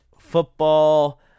football